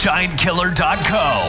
Giantkiller.co